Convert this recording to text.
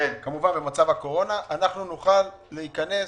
כמובן בהתחשב במצב הקורונה נוכל להיכנס,